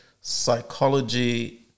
psychology